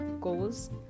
Goals